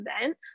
event